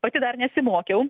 pati dar nesimokiau